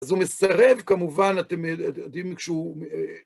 אז הוא מסרב כמובן, אתם יודעים כשהוא...